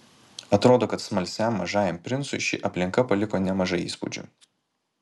atrodo kad smalsiam mažajam princui ši aplinka paliko nemažai įspūdžių